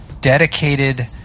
dedicated